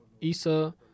Isa